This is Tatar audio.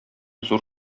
зур